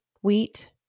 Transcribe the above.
wheat